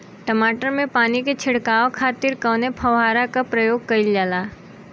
टमाटर में पानी के छिड़काव खातिर कवने फव्वारा का प्रयोग कईल जाला?